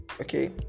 Okay